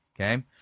Okay